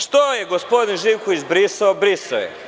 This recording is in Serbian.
Što je gospodin Živković brisao, brisao je.